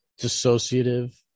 dissociative